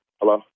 Hello